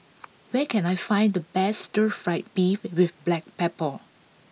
where can I find the best Stir Fry Beef with Black Pepper